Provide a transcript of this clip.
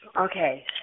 Okay